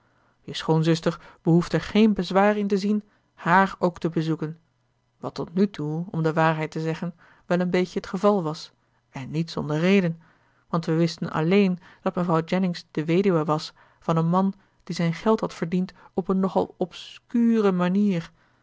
je schoonzuster behoeft er geen bezwaar in te zien hààr ook te bezoeken wat tot nu toe om de waarheid te zeggen wel een beetje t geval was en niet zonder reden want we wisten alleen dat mevrouw jennings de weduwe was van een man die zijn geld had verdiend op een nog al obscure manier